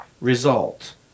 result